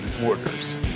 borders